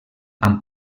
amb